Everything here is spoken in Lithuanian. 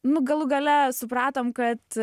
nu galų gale supratom kad